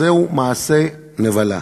זהו מעשה נבלה.